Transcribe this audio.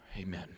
Amen